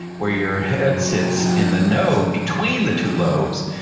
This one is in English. where your head sits in the node between the two lobes.